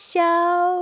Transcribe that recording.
Show